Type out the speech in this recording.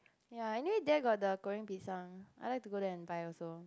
ya anyway there got the Goreng Pisang I like to go there and buy also